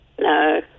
No